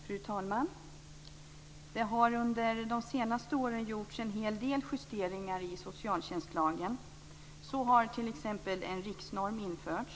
Fru talman! Det har under de senaste åren gjorts en hel del justeringar i socialtjänstlagen. Så har t.ex. en riksnorm införts.